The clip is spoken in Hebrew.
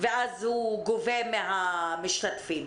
ואז הוא גובה מהמשתתפים.